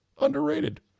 Underrated